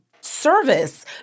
service